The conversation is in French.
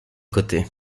côtés